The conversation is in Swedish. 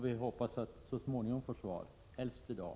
Vi hoppas att så småningom få svar, helst i dag.